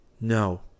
No